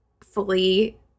fully